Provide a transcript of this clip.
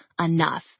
enough